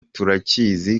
turakizi